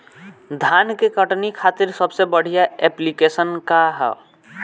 धान के कटनी खातिर सबसे बढ़िया ऐप्लिकेशनका ह?